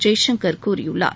ஜெய்சங்கர் கூறியுள்ளார்